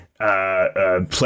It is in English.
Play